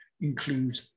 include